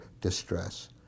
distress